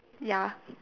ya